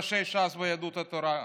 אלה ראשי ש"ס ויהדות התורה.